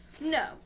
No